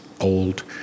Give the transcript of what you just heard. old